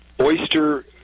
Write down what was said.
Oyster